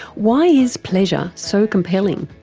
why is pleasure so compelling?